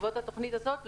בעקבות התוכנית הזאת?